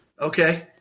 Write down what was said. Okay